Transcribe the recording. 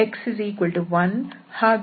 ಇದು x1 ಹಾಗೂ ಇದು x0 ರೇಖೆ